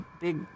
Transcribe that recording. big